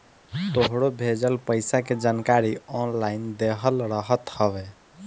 तोहरो भेजल पईसा के जानकारी ऑनलाइन देहल रहत हवे